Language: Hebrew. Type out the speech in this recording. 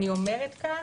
אני אומרת כאן,